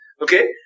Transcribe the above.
Okay